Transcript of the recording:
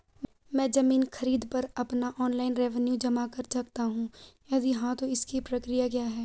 मैं ज़मीन खरीद पर अपना ऑनलाइन रेवन्यू जमा कर सकता हूँ यदि हाँ तो इसकी प्रक्रिया क्या है?